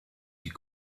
die